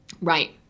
Right